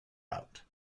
out